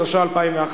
התשע"א 2011,